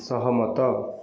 ସହମତ